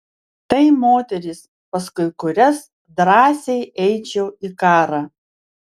tai moterys paskui kurias drąsiai eičiau į karą